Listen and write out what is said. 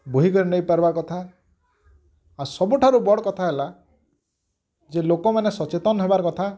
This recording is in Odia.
ବୋହି କରି ନେଇ ପାର୍ବା କଥା ଆଉ ସବୁଠାରୁ ବଡ଼୍ କଥା ହେଲା ଯେ ଲୋକମାନେ ସଚେତନ୍ ହବାର କଥା